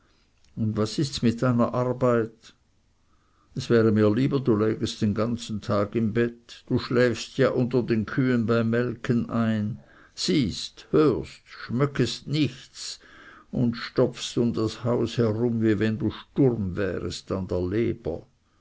und was ists mit deiner arbeit es wär mir lieber du lägest den ganzen tag im bett du schläfst ja unter den kühen beim melken ein siehst hörst schmöckest nichts und stopfest ums haus herum wie wenn du sturm wärest an der leber